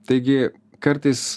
taigi kartais